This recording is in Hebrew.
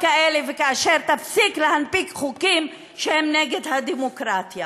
כאלה וכאשר תפסיק להנפיק חוקים שהם נגד הדמוקרטיה.